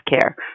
care